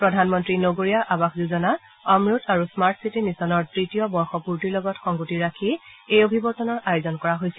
প্ৰধানমন্ত্ৰী নগৰীয়া আৱাস যোজনা অমুত আৰু স্মাৰ্ট চিটি মিছনৰ তৃতীয় বৰ্ষপূৰ্তিৰ লগত সংগতি ৰাখি এই অভিৱৰ্তনৰ আয়োজন কৰা হৈছিল